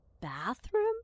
bathroom